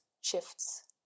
shifts